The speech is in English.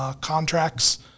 contracts